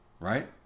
Right